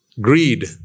Greed